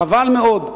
חבל מאוד.